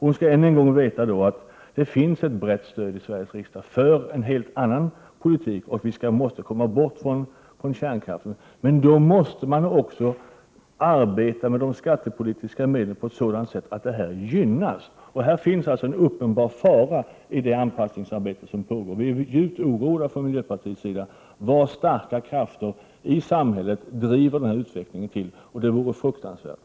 Hon skall veta, än en gång, att det finns ett brett stöd i Sveriges riksdag för en helt annan politik. Vi måste komma bort från kärnkraften. Men då måste man också arbeta med de skattepolitiska medlen så att en avveckling gynnas. Här finns alltså en uppenbar fara i det anpassningsarbete som pågår. Vi känner djup oro från miljöpartiets sida över vad starka krafter i samhället driver denna utveckling till. Det vore fruktansvärt.